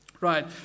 Right